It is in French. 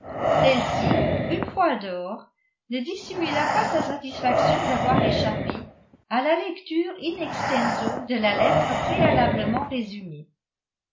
celle-ci une fois dehors ne dissimula pas sa satisfaction d'avoir échappé à la lecture in extenso de la lettre préalablement résumée